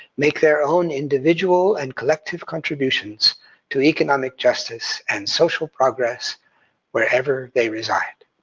make their own individual and collective contributions to economic justice and social progress wherever they reside.